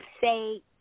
say